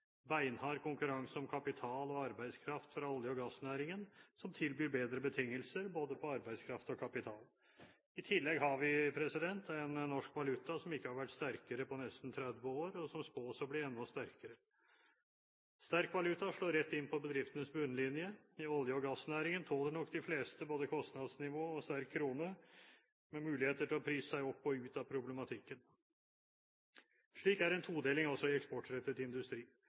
er beinhard konkurranse om kapital og arbeidskraft fra olje- og gassnæringen, som tilbyr bedre betingelser både på arbeidskraft og kapital. I tillegg har vi en norsk valuta som ikke har vært sterkere på nesten 30 år, og som spås å bli enda sterkere. Sterk valuta slår rett inn på bedriftenes bunnlinje. I olje- og gassnæringen tåler nok de fleste både kostnadsnivå og sterk krone – med muligheter til å prise seg opp og ut av problematikken. Slik er det en todeling også i eksportrettet industri.